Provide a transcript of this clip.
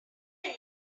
very